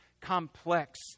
complex